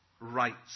rights